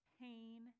pain